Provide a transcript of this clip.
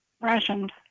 rationed